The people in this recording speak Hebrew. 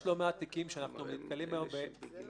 יש לא מעט תיקים שאנחנו נתקלים היום בהם